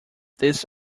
this